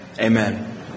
Amen